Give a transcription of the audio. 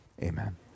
amen